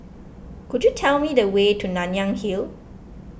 could you tell me the way to Nanyang Hill